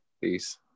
Peace